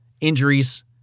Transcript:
Injuries